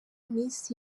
miss